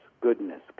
goodness